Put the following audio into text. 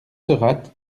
seurat